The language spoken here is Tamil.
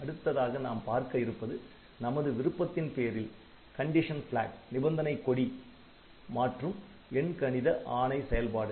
அடுத்ததாக நாம் பார்க்க இருப்பது நமது விருப்பத்தின் பேரில் கண்டிஷன் flag நிபந்தனை கொடி condition flag மாற்றும் எண்கணித ஆணை செயல்பாடுகள்